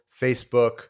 Facebook